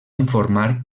informar